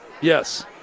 Yes